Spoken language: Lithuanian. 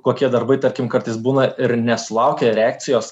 kokie darbai tarkim kartais būna ir nesulaukia reakcijos